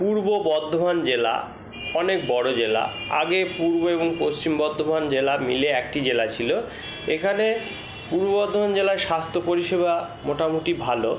পূর্ব বর্ধমান জেলা অনেক বড়ো জেলা আগে পূর্ব এবং পশ্চিম বর্ধমান জেলা মিলে একটি জেলা ছিল এখানে পূর্ব বর্ধমান জেলায় স্বাস্থ্য পরিষেবা মোটামুটি ভালো